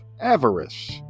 avarice